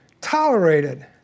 tolerated